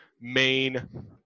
main